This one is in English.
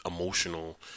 emotional